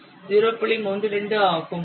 32 ஆகும்